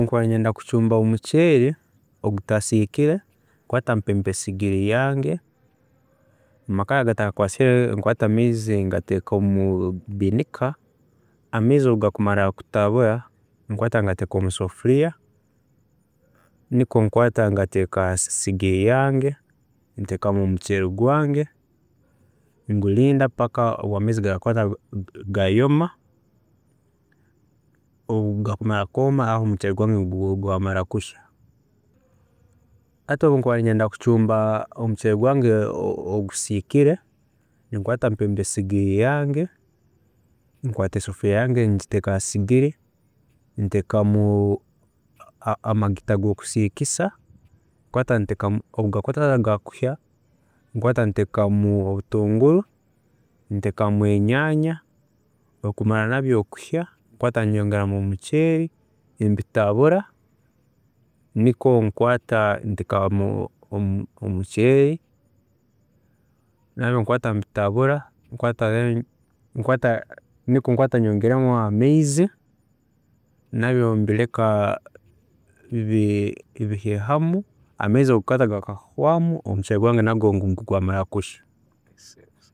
﻿Obunkuba ninyenda kucumba omuceeri ogutasiikire, nkaata mpemba esigiri yange, amakarai obu gakuba gakwaasire, nkwaata amaizi ngateeka mu binika, amaizi obugakumara kutabura, nkwaata ngateeka omusafuriya, nikwo nkwaata ngateeka ha sigiri yange, nteekamu omuceeri gwange, ngurinda paka obu amaizi gakumara gayoma, obugakumara kwooma, aho omuceeri gwange niguba gumazire kushya. Hati obundikuba ninyenda kucumba omuceerri gwange ogusiikire, ninkwaata mpemba esigiri yange, nkwaata esefuriya yange ngiteeka ha sigiri, nteekamu amagita gokusiikisa, nkwaata ntekamu, obugakumara kushya, nkwaata ntekamu obutunguru, ntekamu enyanya, obu bikumara nabyo kushya, nkwaata nyongera omuceeri, mbitabura, nikwo nkwaata nteekamu omuceeri nabyo mbitabura, nikwo nkwaata nyongeramu amaizi, nabyo mvbireka bihya hamu, amaizi obugakukwaata gakahwaamu, omuceeri gwange nagwe niguba gwamara kushya